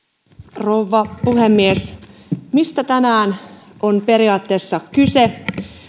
rouva puhemies mistä tänään on periaatteessa kyse